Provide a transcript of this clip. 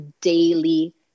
daily